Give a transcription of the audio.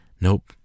Nope